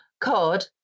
cod